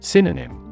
Synonym